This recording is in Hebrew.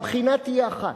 הבחינה תהיה אחת.